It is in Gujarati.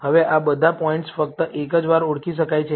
હવે આ બધા પોઇન્ટ્સ ફક્ત એક જ વાર ઓળખી શકાય છે